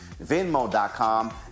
venmo.com